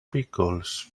pickles